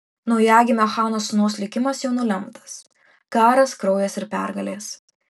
naujagimio chano sūnaus likimas jau nulemtas karas kraujas ir pergalės